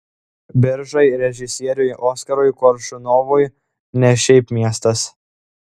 biržai režisieriui oskarui koršunovui ne šiaip miestas